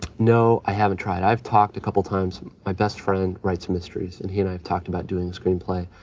no, i haven't tried. i've talked a couple times, my best friend writes mysteries and he and i have talked about doing a screenplay.